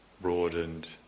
broadened